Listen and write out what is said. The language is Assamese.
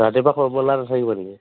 ৰাতিপুৱা সময়ত খোলা নেথাকিব নেকি